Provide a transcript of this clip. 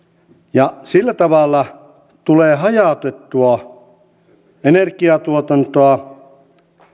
ja sillä tavalla tulee hajautettua energiantuotantoa